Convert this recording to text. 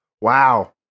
Wow